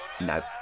No